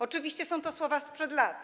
Oczywiście są to słowa sprzed lat.